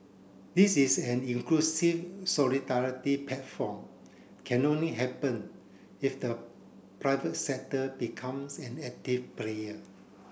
this is an inclusive solidarity platform can only happen if the private sector becomes an active player